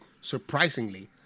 surprisingly